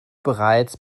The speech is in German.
bereits